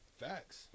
Facts